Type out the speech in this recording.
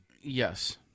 yes